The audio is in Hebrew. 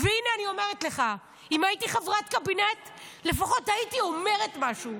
והינה אני אומרת לך: אם הייתי חברת קבינט לפחות הייתי אומרת משהו.